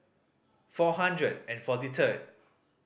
four hundred and forty third